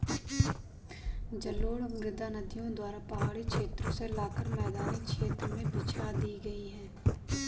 जलोढ़ मृदा नदियों द्वारा पहाड़ी क्षेत्रो से लाकर मैदानी क्षेत्र में बिछा दी गयी है